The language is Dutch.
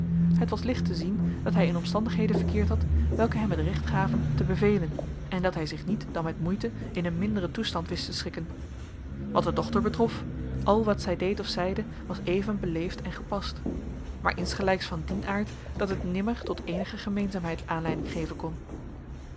het was licht te zien dat hij in omstandigheden verkeerd had welke hem het recht gaven te bevelen en dat hij zich niet dan met moeite in een minderen toestand wist te schikken wat de dochter betrof al wat zij deed of zeide was even beleefd en gepast maar insgelijks van dien aard dat het nimmer tot eenige gemeenzaamheid aanleiding geven kon